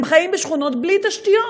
הם חיים בשכונות בלי תשתיות.